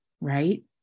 right